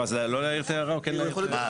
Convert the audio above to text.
אז לא להעיר את ההערה או כן להעיר את ההערה?